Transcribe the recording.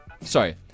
Sorry